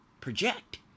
Project